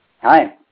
Hi